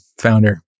founder